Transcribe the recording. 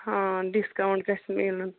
ہاں ڈِسکاوُنٹ گَژھِ مٮ۪لُن